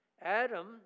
Adam